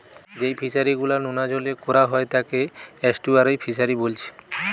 যেই ফিশারি গুলা নোনা জলে কোরা হয় তাকে এস্টুয়ারই ফিসারী বোলছে